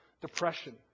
depression